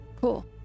cool